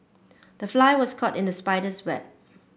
the fly was caught in the spider's web